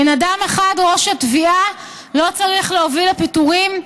בן אדם אחד, ראש התביעה, לא צריך להוביל לפיטורים.